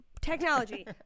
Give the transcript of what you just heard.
Technology